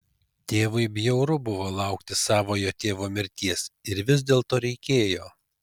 tėvui bjauru buvo laukti savojo tėvo mirties ir vis dėlto reikėjo